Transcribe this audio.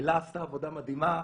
אלה עשתה עבודה מדהימה.